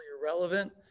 irrelevant